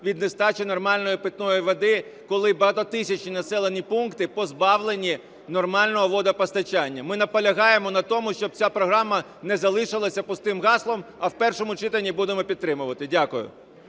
від нестачі нормальної питної води, коли багатотисячні населені пункти позбавлені нормального водопостачання. Ми наполягаємо на тому, щоб ця програма не залишилася пустим гаслом. А в першому читанні будемо підтримувати. Дякую.